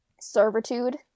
servitude